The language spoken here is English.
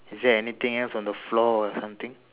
is there anything else on the floor or something